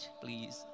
please